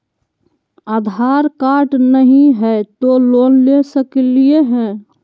आधार card नही हय, तो लोन ले सकलिये है?